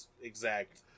exact